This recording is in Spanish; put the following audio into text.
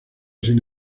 sin